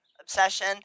obsession